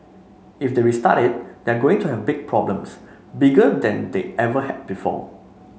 if they restart it they're going to have big problems bigger than they ever had before